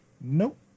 Nope